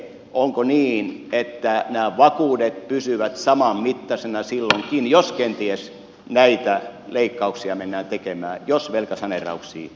onko niin että nämä vakuudet pysyvät samanmittaisina silloinkin jos kenties näitä leikkauksia mennään tekemään jos velkasaneerauksiin mennään